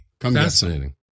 Fascinating